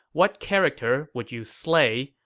what character would you slay,